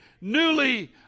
newly